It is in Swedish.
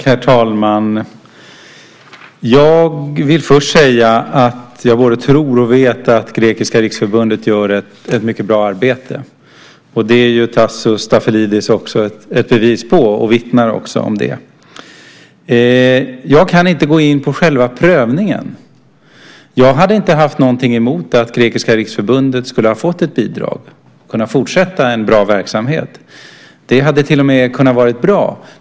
Herr talman! Jag vill först säga att jag både tror och vet att Grekiska Riksförbundet gör ett mycket bra arbete. Det är Tasso Stafilidis ett bevis på, och han vittnar också om det. Jag kan inte gå in på själva prövningen. Jag hade inte haft något emot att Grekiska Riksförbundet skulle ha fått ett bidrag och kunnat fortsätta en bra verksamhet. Det hade till och med kunnat vara bra.